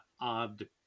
odd